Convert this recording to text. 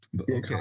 okay